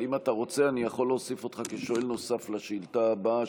אבל אם אתה רוצה אני יכול להוסיף אותך כשואל נוסף לשאילתה הבאה,